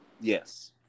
Yes